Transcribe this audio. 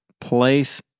place